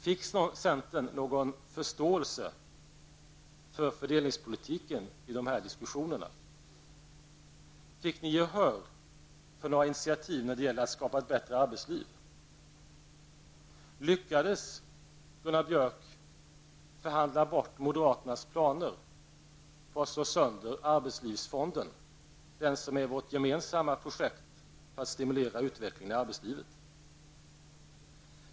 Fick centern någon förståelse för fördelningspolitiken i dessa diskussioner? Fick ni gehör för några initiativ när det gäller att skapa ett bättre arbetsliv? Lyckades Gunnar Björk förhandla bort moderaternas planer på att slå sönder Arbetslivsfonden, som är vårt gemensamma projekt för att stimulera utvecklingen i arbetslivet?